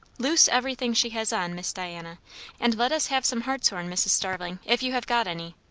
loose everything she has on, miss diana and let us have some hartshorn, mrs. starling, if you have got any.